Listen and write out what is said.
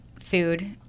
food